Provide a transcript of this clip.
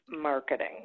marketing